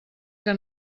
que